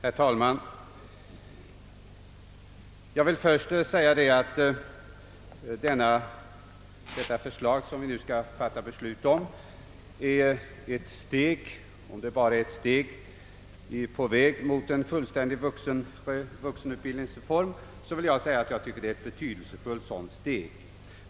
Herr talman! Låt mig först säga att genomförandet av det förslag som vi nu skall fatta beslut om är ett steg på väg mot en fullständig vuxenutbildningsreform. Men även om det bara är ett steg är det dock ett betydelsefullt sådant.